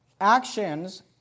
Actions